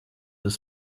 this